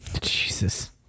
Jesus